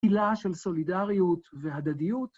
תפילה של סולידריות והדדיות.